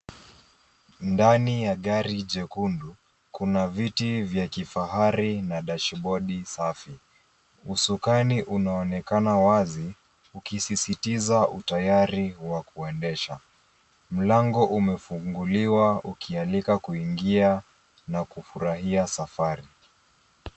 Ndani ya gari jekundu kuna viti vya kifahari na dashibodi safi. Usukani unaonekana wazi ukisisitiza utayari wa kuendesha. Mlango umefunguliwa ukialika kuingia na kufurahia safari